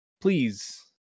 please